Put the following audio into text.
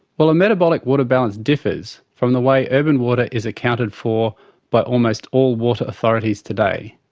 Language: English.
well, a metabolic water balance differs from the way urban water is accounted for by almost all water authorities today.